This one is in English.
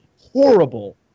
horrible